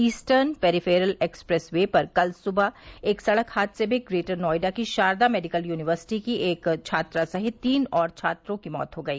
eastern peripheral expressway पर कल सुबह एक सड़क हादसे में ग्रेटर नोएडा की शारदा मेडिकल यूनिवर्सिटी की एक छात्रा सहित तीन और छात्रों की मौत हो गई